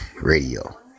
Radio